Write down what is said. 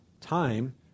time